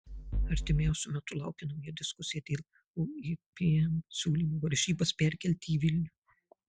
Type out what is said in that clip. artimiausiu metu laukia nauja diskusija dėl uipm siūlymo varžybas perkelti į vilnių